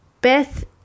Beth